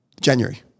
January